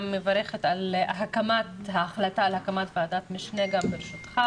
מברכת על ההחלטה להקמת ועדת משנה גם בראשותך,